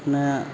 अपना